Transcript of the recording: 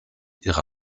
ihre